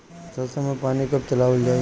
सरसो में पानी कब चलावल जाई?